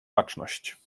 baczność